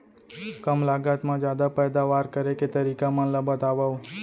कम लागत मा जादा पैदावार करे के तरीका मन ला बतावव?